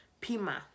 pima